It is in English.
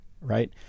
right